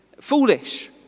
foolish